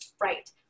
Right